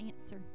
answer